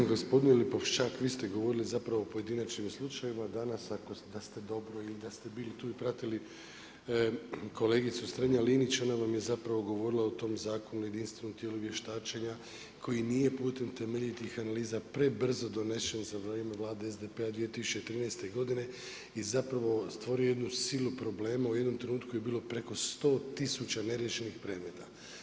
Gospodine Lipošćak, vi ste govorili zapravo o pojedinačnim slučajevima danas, da ste bili tu i pratili kolegicu Strenja-Linić, ona vam je zapravo govorila o tom zakonu jedinstvenog tijela vještačenja koji nije putem temeljitih analiza prebrzo donesen za vrijeme Vlade SDP-a 2013. godine i zapravo stvorio je jednu silu problema, u jednom trenutku je bilo preko 100 tisuća neriješenih predmeta.